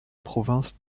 province